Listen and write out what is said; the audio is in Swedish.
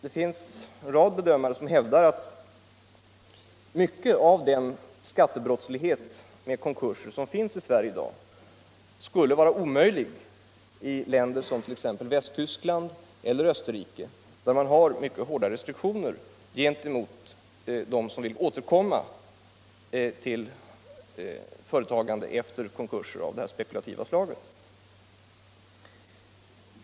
En rad bedömare hävdar att mycket av den skattebrottslighet med konkurser som finns i Sverige i dag skulle vara omöjlig i länder som Västtyskland eller Österike, där man har hårda restriktioner gentemot dem som vill återkomma till företagande efter konkurser av det här spekulativa slaget.